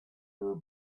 were